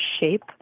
shape